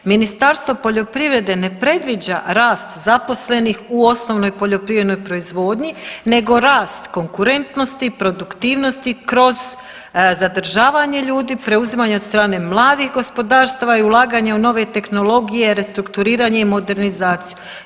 Ministarstvo poljoprivrede ne predviđa rast zaposlenih u osnovnoj poljoprivrednoj proizvodnji nego rast konkurentnosti, produktivnosti kroz zadržavanje ljudi, preuzimanje od strane mladih gospodarstva i ulaganje u nove tehnologije, restrukturiranje i modernizaciju.